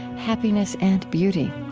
happiness and beauty?